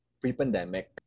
pre-pandemic